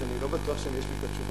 שאני לא בטוח שיש לי את התשובה,